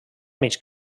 mig